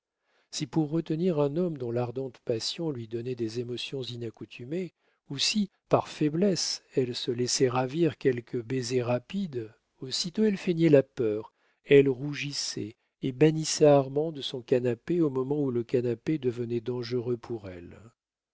si pour retenir un homme dont l'ardente passion lui donnait des émotions inaccoutumées ou si par faiblesse elle se laissait ravir quelque baiser rapide aussitôt elle feignait la peur elle rougissait et bannissait armand de son canapé au moment où le canapé devenait dangereux pour elle